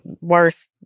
worse